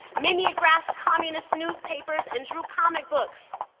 mimeographed communist newspapers and drew comic books,